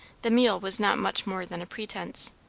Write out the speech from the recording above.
the meal was not much more than a pretence.